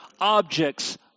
objects